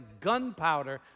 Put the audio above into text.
gunpowder